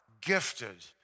gifted